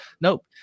Nope